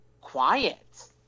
quiet